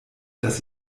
das